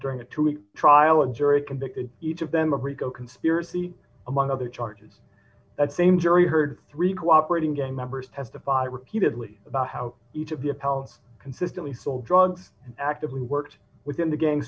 during a two week trial a jury convicted each of them of rico conspiracy among other charges that same jury heard three cooperating gang members testified repeatedly about how each of the apollo consistently sold drugs and actively worked within the gang